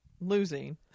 losing